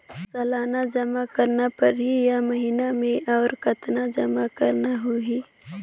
सालाना जमा करना परही या महीना मे और कतना जमा करना होहि?